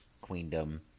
queendom